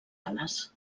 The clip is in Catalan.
ales